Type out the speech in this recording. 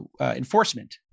enforcement